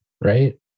right